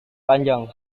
panjang